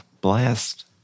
blast